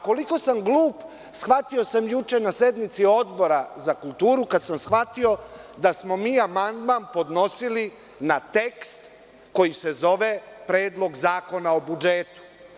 Koliko sam glup shvatio sam juče na sednici Odbora za kulturu kada sam shvatio da smo amandman podnosili na tekst koji se zove Predlog zakona o budžetu.